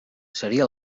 seria